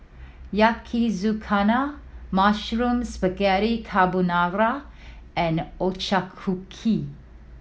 Yakizakana Mushroom Spaghetti Carbonara and a Ochazuke